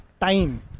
time